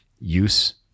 use